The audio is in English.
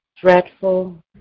dreadful